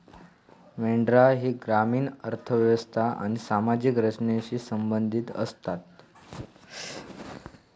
मेंढरा ही ग्रामीण अर्थ व्यवस्था आणि सामाजिक रचनेशी संबंधित आसतत